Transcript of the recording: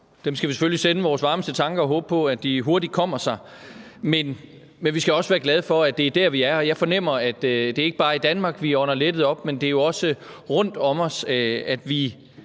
dem skal vi selvfølgelig sende vores varmeste tanker og håbe på hurtigt kommer sig. Men vi skal også være glade for, at det er der, vi er, og jeg fornemmer, at det ikke bare er i Danmark, vi ånder lettet op, men at det jo også er rundt om os, at vi